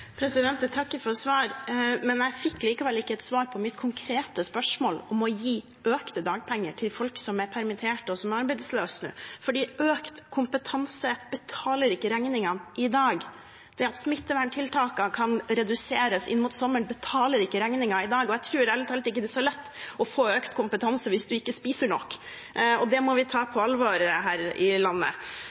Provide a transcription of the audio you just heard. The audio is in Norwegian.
Jeg takker for svaret, men jeg fikk likevel ikke et svar på mitt konkrete spørsmål om å gi økte dagpenger til folk som er permitterte, og som er arbeidsløse nå. Økt kompetanse betaler ikke regningene i dag. At smitteverntiltakene kan reduseres inn mot sommeren, betaler ikke regningene i dag. Jeg tror ærlig talt ikke det er så lett å få økt kompetanse hvis man ikke spiser nok, og det må vi ta på alvor her i landet.